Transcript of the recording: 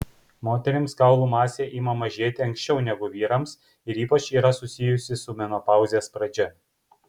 moterims kaulų masė ima mažėti anksčiau negu vyrams ir ypač yra susijusi su menopauzės pradžia